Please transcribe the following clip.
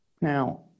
Now